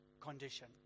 condition